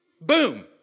boom